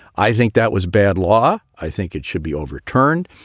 i think that was bad law. i think it should be overturned.